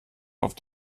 auf